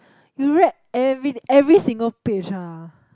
you read every every single page ah